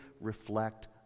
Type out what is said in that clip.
reflect